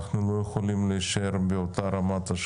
אנחנו לא יכולים להישאר באותה רמה של